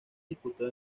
disputó